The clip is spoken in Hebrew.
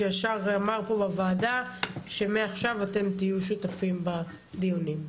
שמייד אמר פה בוועדה שמעכשיו אתם תהיו שותפים בדיונים.